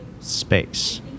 space